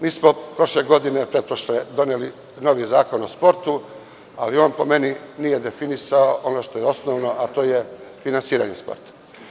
Mi smo prošle godine, tj. pretprošle doneli novi Zakon o sportu, ali on po meni nije definisao ono što je osnovno, a to je finansiranje sporta.